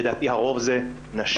לדעתי הרוב זה נשים.